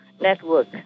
network